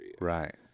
Right